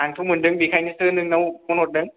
आंथ' मोनदों बेखायनोसो नोंनाव फन हरदों